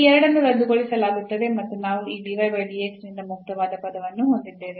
ಈ ಎರಡನ್ನು ರದ್ದುಗೊಳಿಸಲಾಗುತ್ತದೆ ಮತ್ತು ನಾವು ಈ ನಿಂದ ಮುಕ್ತವಾದ ಪದವನ್ನು ಹೊಂದಿದ್ದೇವೆ